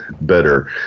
better